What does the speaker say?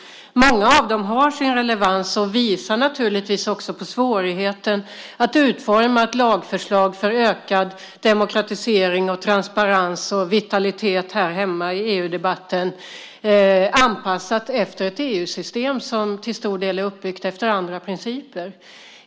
Många av dem har sin relevans och visar naturligtvis också på svårigheten att utforma ett lagförslag för ökad demokratisering, transparens och vitalitet i EU-debatten här hemma anpassat efter ett EU-system som till stor del är uppbyggt efter andra principer.